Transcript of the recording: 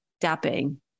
dabbing